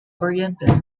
orientated